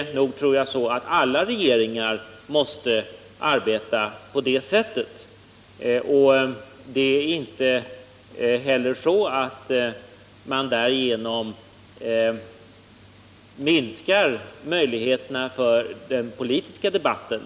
Jag tror att alla regeringar måste arbeta på det sättet. Det är inte heller så att man därigenom minskar möjligheterna till politisk debatt.